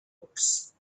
horse